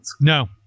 No